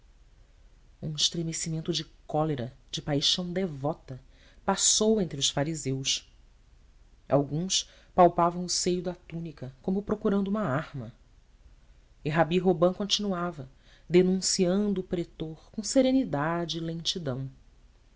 judá um estremecimento de cólera de paixão devota passou entre os fariseus alguns palpavam o seio da túnica como procurando uma arma e rabi robã continuava denunciando o pretor com serenidade e lentidão